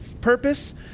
purpose